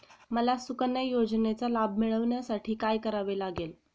मला सुकन्या योजनेचा लाभ मिळवण्यासाठी काय करावे लागेल?